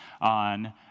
on